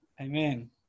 Amen